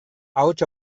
ahots